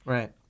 Right